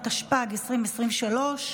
התשפ"ג 2023,